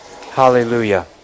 hallelujah